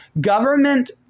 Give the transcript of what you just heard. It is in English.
government